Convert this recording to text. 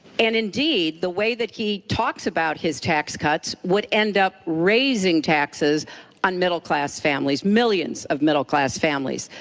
and indeed the way that he talks about his tax cuts would end up raising taxes on middle class families. millions of middle class families.